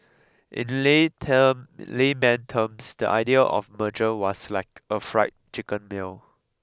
in the lay term layman terms the idea of merger was like a fried chicken meal